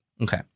Okay